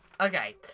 Okay